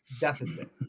deficit